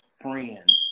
friend